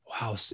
Wow